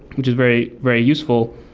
which is very very useful,